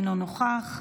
אינו נוכח,